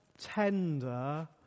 tender